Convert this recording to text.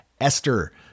Esther